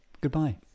Goodbye